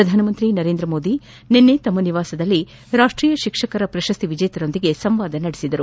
ಪ್ರಧಾನಮಂತ್ರಿ ನರೇಂದ್ರ ಮೋದಿ ನಿನ್ನೆ ತಮ್ಮ ನಿವಾಸದಲ್ಲಿ ರಾಷ್ಟೀಯ ಶಿಕ್ಷಕರ ಪ್ರಶಸ್ತಿ ವಿಜೇತರೊಂದಿಗೆ ಸಂವಾದ ನಡೆಸಿದರು